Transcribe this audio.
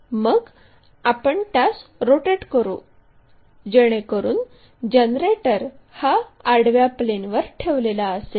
मग आपण त्यास रोटेट करू जेणेकरुन जनरेटर हा आडव्या प्लेनवर ठेवलेला असेल